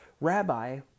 Rabbi